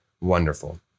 wonderful